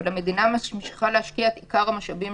אבל המדינה ממשיכה להשקיע את עיקר המשאבים